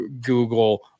google